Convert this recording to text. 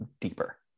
deeper